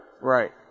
Right